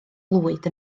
lwyd